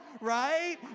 right